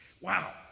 Wow